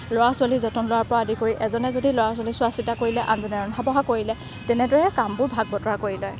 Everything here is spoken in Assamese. ল'ৰা ছোৱালীৰ যতন লোৱাৰ পৰা আদি কৰি এজনে যদি চোৱা চিতা কৰিলে আনজনে ৰন্ধা বঢ়া কৰিলে তেনেদৰে কামবোৰ ভাগ বতৰা কৰি লয়